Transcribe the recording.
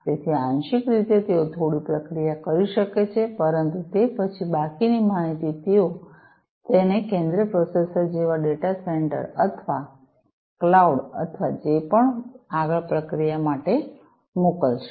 તેથી આંશિક રીતે તેઓ થોડી પ્રક્રિયા કરી શકે છે પરંતુ તે પછી બાકીની માહિતી તેઓ તેને કેન્દ્રિય પ્રોસેસર જેવા ડેટા સેન્ટર અથવા ક્લાઉડ અથવા જે પણ આગળ પ્રક્રિયા માટે મોકલશે